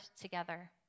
together